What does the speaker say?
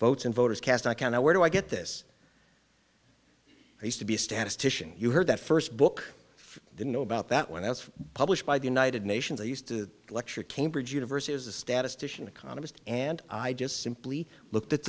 votes in voters cast i can i where do i get this i used to be a statistician you heard that first book i didn't know about that one that's published by the united nations i used to lecture cambridge university as a statistician economist and i just simply looked at